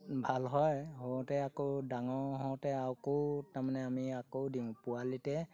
ভাল হয় হওঁতে আকৌ ডাঙৰ হওঁতে আকৌ তাৰমানে আমি আকৌ দিওঁ পোৱালিতে